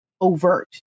overt